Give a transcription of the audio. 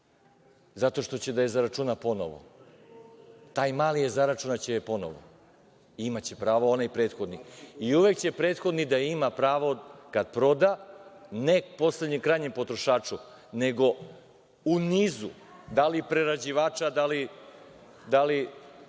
zato što će da je zaračuna ponovo, taj mali zaračunaće je ponovo. Imaće pravo onaj prethodni i uvek će prethodni da ima pravo kada proda, ne poslednjem, krajnjem potrošaču, nego u nizu, da li prerađivača, da li